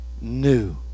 new